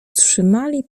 trzymali